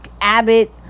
Abbott